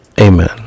Amen